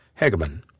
Hegeman